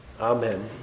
amen